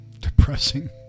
depressing